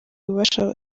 ububasha